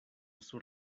sur